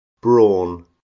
Brawn